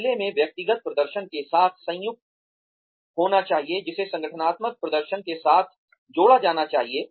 बदले में व्यक्तिगत प्रदर्शन के साथ संयुक्त होना चाहिए जिसे संगठनात्मक प्रदर्शन के साथ जोड़ा जाना चाहिए